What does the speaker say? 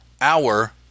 hour